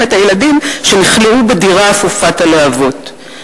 את הילדים שנכלאו בדירה אפופת הלהבות.